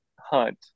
hunt